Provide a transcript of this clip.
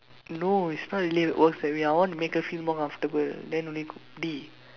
no it's not really works that way I want to make her feel more comfortable then don't need cook di~